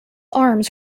arms